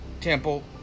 temple